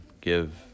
give